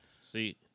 See